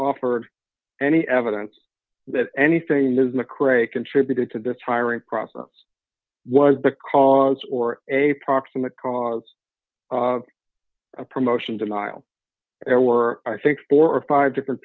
offered any evidence that anything is mcrae contributed to this hiring process was the cause or a proximate cause of promotion denial or i think four or five different